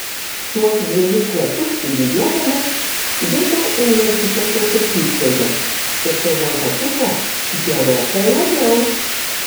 tuos dvejus metus studijuodamas dirbau universiteto kepykloje ir tai man patiko gerokai labiau